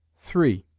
three.